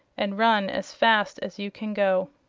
and run as fast as you can go.